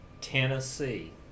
Tennessee